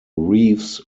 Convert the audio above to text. reeves